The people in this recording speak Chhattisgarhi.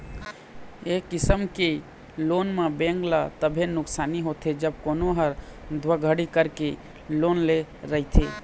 ए किसम के लोन म बेंक ल तभे नुकसानी होथे जब कोनो ह धोखाघड़ी करके लोन ले रहिथे